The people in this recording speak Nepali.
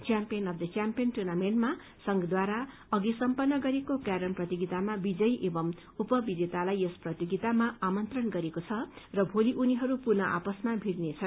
च्याम्पियन अफ् द च्याम्पियन टुनमिन्टमा संघढारा अघि सम्पन्न गरिएको क्यारम प्रतियोगितामा विजयी एवं उपविजेतालाई यस प्रतियोगितामा आमन्त्रण गरिएको छ र भोली उनीहरू पुनः आपसमा भीड़ने छन्